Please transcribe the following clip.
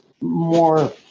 more